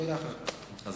תודה, חבר הכנסת.